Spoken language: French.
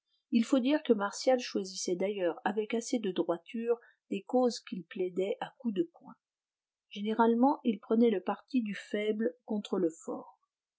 il faut dire que martial choisissait d'ailleurs avec assez de droiture les causes qu'il plaidait à coups de poing généralement il prenait le parti du faible contre le fort